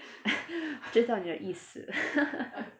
知道你的意思